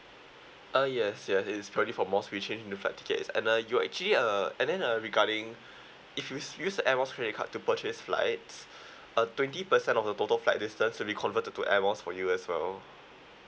uh yes yes it's for more you change into flight tickets and uh you actually uh and then uh regarding if you use the air miles credit card to purchase flights uh twenty percent of the total flight distance will be converted to air miles for you as well